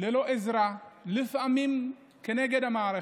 ללא עזרה ולפעמים כנגד המערכת.